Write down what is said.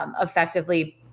effectively